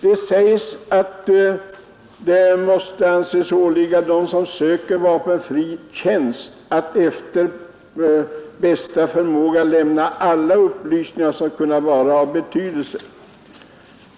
Det sägs att det måste anses åligga den som söker vapenfri tjänst att efter bästa förmåga lämna alla upplysningar, som kan vara av betydelse.